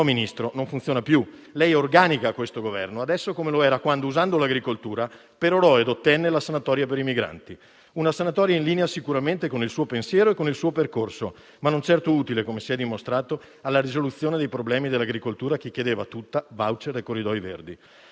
Ministro, non funziona più. Lei è organica a questo Governo adesso, così come lo era quando, usando l'agricoltura, perorò ed ottenne la sanatoria per i migranti. Una sanatoria in linea sicuramente con il suo pensiero e con il suo percorso, ma non certo utile, come si è dimostrato, alla risoluzione dei problemi dell'agricoltura, che chiedeva tutta *voucher* e corridoi verdi.